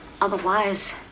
Otherwise